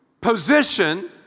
position